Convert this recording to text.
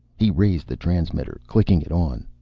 he raised the transmitter, clicking it on.